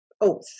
oath